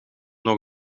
nog